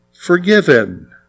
forgiven